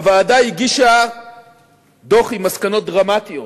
הוועדה הגישה דוח עם מסקנות דרמטיות.